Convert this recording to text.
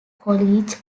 colleague